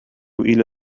إلى